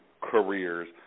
careers